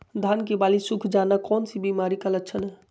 धान की बाली सुख जाना कौन सी बीमारी का लक्षण है?